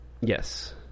Yes